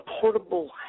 portable